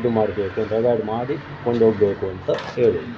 ಇದು ಮಾಡಬೇಕು ಅವಾಯ್ಡ್ ಮಾಡಿ ಕೊಂಡೋಗಬೇಕು ಅಂತ ಕೇಳುದು